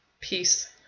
Peace